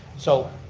so,